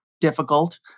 difficult